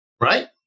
right